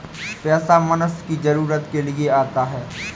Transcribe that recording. पैसा मनुष्य की जरूरत के लिए आता है